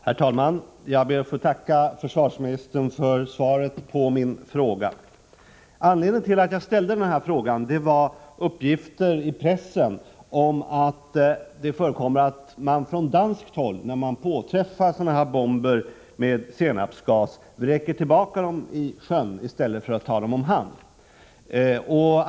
Herr talman! Jag ber att få tacka försvarsministern för svaret på min fråga. Anledningen till att jag ställde frågan var uppgifter i pressen om att man från danskt håll när man påträffar senapsgasbomber vräker dem tillbaka i sjön i stället för att ta dem om hand.